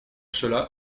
cela